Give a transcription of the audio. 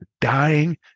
dying